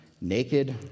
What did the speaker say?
naked